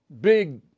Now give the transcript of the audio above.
big